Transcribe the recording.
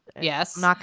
Yes